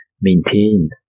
maintain